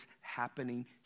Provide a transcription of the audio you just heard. happening